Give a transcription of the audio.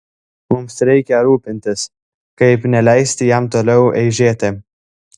mums reikia rūpintis kaip neleisti jam toliau eižėti